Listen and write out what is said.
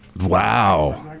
Wow